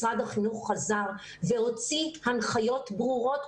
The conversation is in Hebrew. משרד החינוך חזר והוציא הנחיות ברורות,